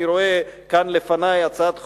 אני רואה כאן לפני הצעת חוק,